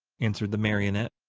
answered the marionette.